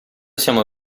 siamo